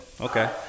Okay